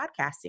podcasting